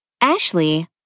Ashley